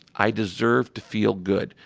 i deserve to feel good.